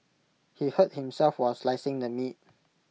he hurt himself while slicing the meat